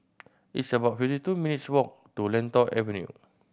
it's about fifty two minutes' walk to Lentor Avenue